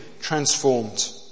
transformed